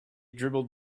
dribbled